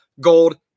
gold